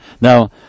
Now